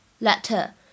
letter